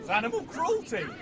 animal cruelty.